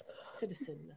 citizen